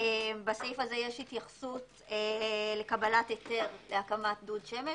בסעיף הזה יש התייחסות לקבלת היתר להקמת דוד שמש.